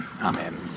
Amen